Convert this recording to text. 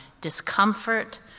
discomfort